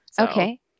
Okay